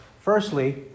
Firstly